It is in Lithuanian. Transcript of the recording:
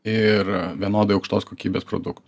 ir vienodai aukštos kokybės produktų